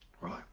Right